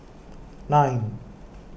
nine